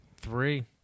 three